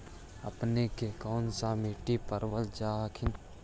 अपने के कौन सा मिट्टीया पाबल जा हखिन?